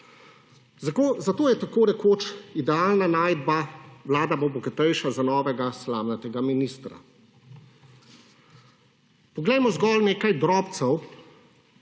Zato je tako rekoč idealna najdba, Vlada bo bogatejša za novega slamnatega ministra. Poglejmo zgolj nekaj drobcev,